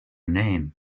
name